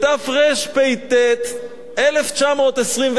בתרפ"ט, 1929,